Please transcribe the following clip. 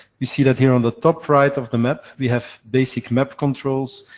we see that here on the top-right of the map we have basic map controls.